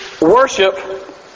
worship